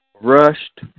rushed